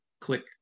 click